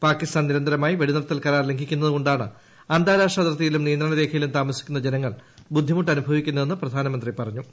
പാകിസ്ഥാൻ നിര്ന്ത്ര്മായി വെടിനിർത്താൽ കരാർ ലംഘിക്കുന്നതുകൊണ്ടാണ് അന്താര്യാഷ്ട്ര അതിർത്തിയിലും നിയന്ത്രണ രേഖയിലും താമസിക്കുന്ന ജനങ്ങൾ ബുദ്ധിമുട്ട് അനുഭവിക്കുന്നതെന്ന് പ്രധാനമന്ത്രി പറഞ്ഞു